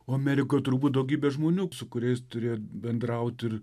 o amerikoj turbūt daugybė žmonių su kuriais turėjot bendraut ir